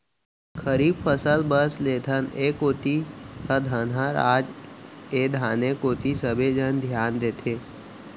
खरीफ फसल बस लेथन, ए कोती ह धनहा राज ए धाने कोती सबे झन धियान देथे